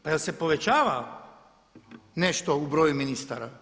Pa jel' se povećava nešto u broju ministara?